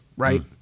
Right